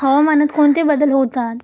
हवामानात कोणते बदल होतात?